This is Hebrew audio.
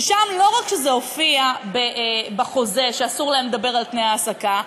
ששם לא רק שהופיע בחוזה שאסור להם לדבר על תנאי העסקה,